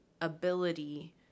ability